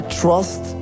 trust